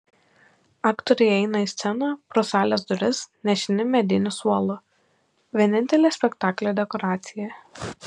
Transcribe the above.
aktoriai įeina į sceną pro salės duris nešini mediniu suolu vienintele spektaklio dekoracija